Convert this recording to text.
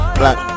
black